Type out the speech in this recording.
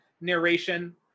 narration